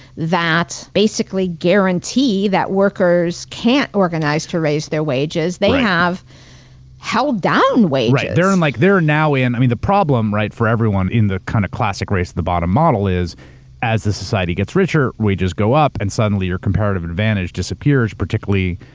that basically guarantee that workers can't organize to raise their wages. they have held down wages. right. they're um like they're now in. the problem, right, for everyone in the kind of classic race to the bottom model is as the society gets richer wages go up and suddenly your comparative advantage disappears, particularly,